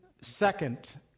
second